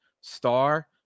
star